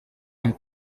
amb